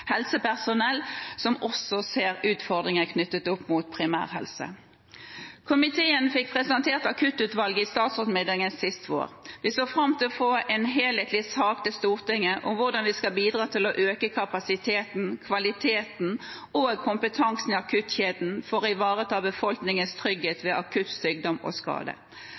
helsepersonell som også ser utfordringer knyttet opp mot primærhelse. Komiteen fikk presentert akuttutvalget i statsrådsmiddagen sist vår. Vi så fram til å få en helhetlig sak til Stortinget om hvordan vi skal bidra til å øke kapasiteten, kvaliteten og kompetansen i akuttkjeden for å ivareta befolkningens trygghet ved akutt sykdom og skade.